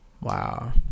wow